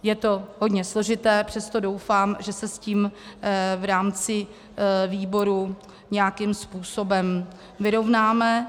Je to hodně složité, přesto doufám, že se s tím v rámci výboru nějakým způsobem vyrovnáme.